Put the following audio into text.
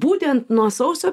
būtent nuo sausio